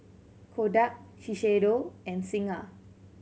Kodak Shiseido and Singha